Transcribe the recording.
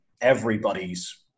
everybody's